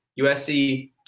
USC